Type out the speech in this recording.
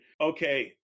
okay